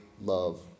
love